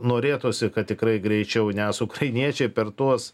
norėtųsi kad tikrai greičiau nes ukrainiečiai per tuos